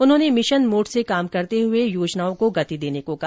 उन्होंने mission mode में काम करते हुए योजनाओं को गति देने को कहा